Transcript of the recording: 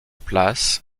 place